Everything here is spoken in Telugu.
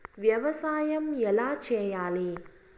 వ్యవసాయం ఎలా చేయాలి?